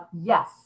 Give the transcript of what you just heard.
yes